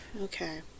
Okay